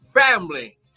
family